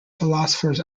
philosophers